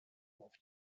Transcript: auf